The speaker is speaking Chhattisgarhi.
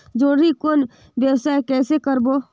जोणी कौन व्यवसाय कइसे करबो?